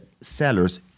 sellers